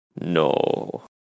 No